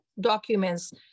documents